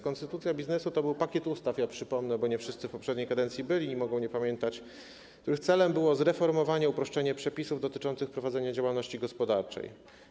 Konstytucja biznesu to był pakiet ustaw - przypomnę, bo nie wszyscy w poprzedniej kadencji byli i mogą nie pamiętać - których celem było zreformowanie, uproszczenie przepisów dotyczących prowadzenia działalności gospodarczej.